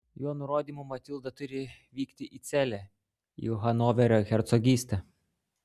jo nurodymu matilda turi vykti į celę į hanoverio hercogystę